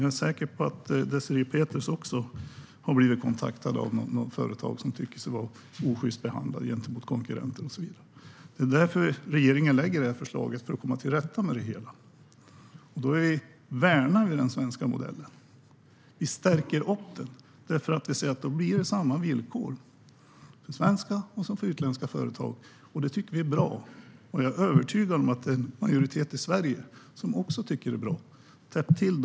Jag är säker på att Désirée Pethrus också har blivit kontaktad av något företag som tycker sig vara osjyst behandlat gentemot konkurrenter. Regeringen lägger fram detta förslag för att komma till rätta med det här. Vi värnar den svenska modellen och stärker den så det blir samma villkor för svenska och utländska företag. Vi tycker att det är bra, och jag är övertygad om att en majoritet i Sverige också tycker att det är bra.